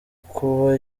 kuba